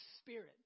spirit